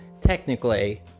technically